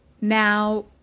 Now